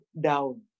down